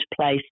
place